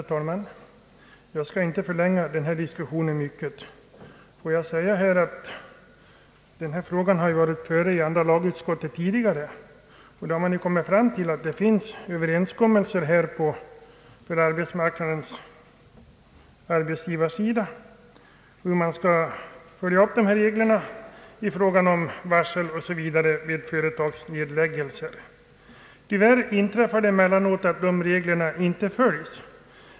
Herr talman! Jag skall inte förlänga denna debatt ytterligare. Endast ett par synpunkter. Frågan har varit föremål för behandling i andra lagutskottet tidigare. Man har då konstaterat att det finns en överenskommelse på arbetsmarknadens = arbetsgivarsida om varsel vid företagsnedläggelser osv. Det inträffar tyvärr att dessa regler inte följs.